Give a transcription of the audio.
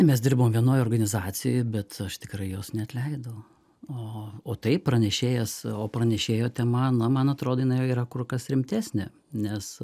mes dirbom vienoj organizacijoj bet aš tikrai jos neatleidau o o taip pranešėjas o pranešėjo tema na man atrodo jinai yra kur kas rimtesnė nes